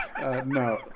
No